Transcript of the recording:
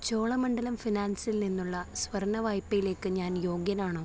ചോള മണ്ഡലം ഫിനാൻസിൽ നിന്നുള്ള സ്വർണ്ണ വായ്പയിലേക്ക് ഞാൻ യോഗ്യനാണോ